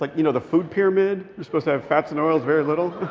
like you know, the food pyramid. you're supposed to have fats and oils very little?